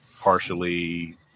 partially